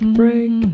break